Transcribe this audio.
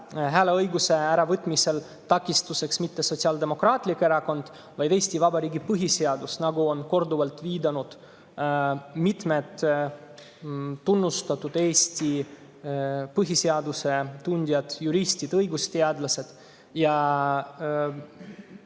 hääleõiguse äravõtmisel takistuseks mitte Sotsiaaldemokraatlik Erakond, vaid Eesti Vabariigi põhiseadus, nagu on korduvalt viidanud mitmed Eesti põhiseaduse tundjad, tunnustatud juristid, õigusteadlased.